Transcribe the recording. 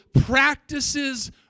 practices